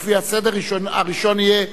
הראשון יהיה מוחמד ברכה.